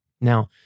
Now